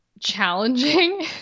challenging